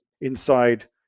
inside